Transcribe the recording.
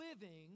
living